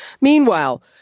Meanwhile